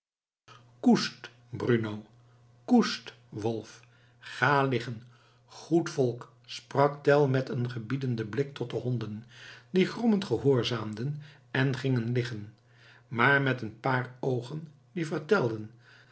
koest bruno koest wolf ga liggen goed volk sprak tell met een gebiedenden blik tot de honden die grommend gehoorzaamden en gingen liggen maar met een paar oogen die vertelden